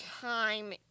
time